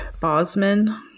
bosman